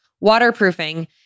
waterproofing